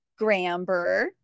Gramber